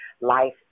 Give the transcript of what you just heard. life